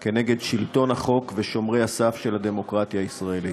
נגד שלטון החוק ושומרי הסף של הדמוקרטיה הישראלית.